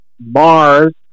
Mars